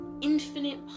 infinite